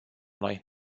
noi